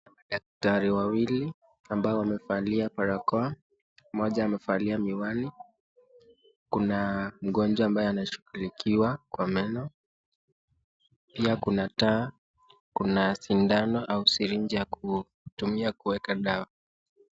Daktari wawili ambao wamefalia barakoa moja amefalia miwani kuna mgonjwa anayeshughulikiwa kwa meno pia kuna taa , sindano pia kuna sirinji ya kuweka dawa.